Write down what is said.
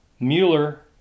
Mueller